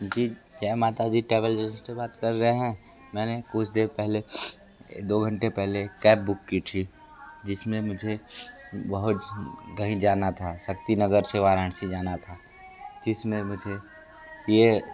जी Jai Mataji travels से बात कर रहे हैं मैंने कुछ देर पहले दो घंटे पहले कैब बुक की थी जिसमें मुझे बहुत कहीं जाना था शक्ति नगर से वाराणसी जाना था जिसमें मुझे यह